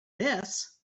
this